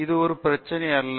அது ஒரு பிரச்சனை இல்லை